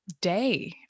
day